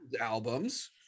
albums